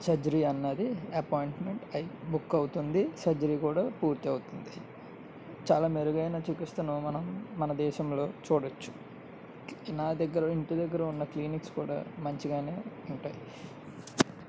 surgery అన్నది appointment అయి book అవుతుంది సర్జరీ కూడా పూర్తి అవుతుంది చాలా మెరుగైన చికిత్సను మనం మన దేశంలో చూడవచ్చు నా దగ్గర ఇంటి దగ్గర ఉన్న క్లినిక్స్ కూడా మంచిగానే ఉంటాయి